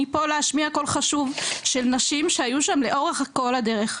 אני פה להשמיע את קול חשוב של נשים שהיו שם לאורך כל הדרך,